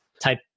type